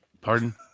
pardon